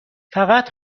فقط